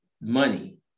money